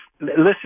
Listen